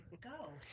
Go